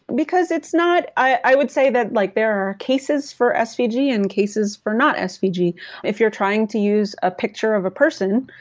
because it's not i would say that like there are cases for svg and cases for not svg. if you are trying to use a picture of a person,